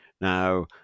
Now